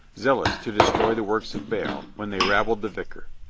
zealous to destroy the works of baal, when they rabbled the vicar.